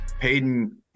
Peyton